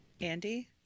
Andy